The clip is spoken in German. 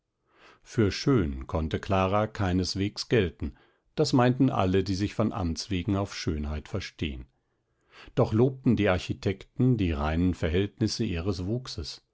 für schön konnte clara keinesweges gelten das meinten alle die sich von amtswegen auf schönheit verstehen doch lobten die architekten die reinen verhältnisse ihres wuchses